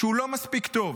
שהוא לא מספיק טוב.